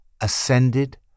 ascended